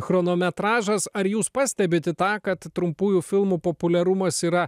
chronometražas ar jūs pastebite tą kad trumpųjų filmų populiarumas yra